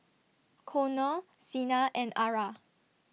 Conner Sena and Ara